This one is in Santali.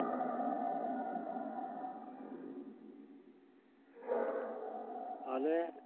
ᱟᱞᱮ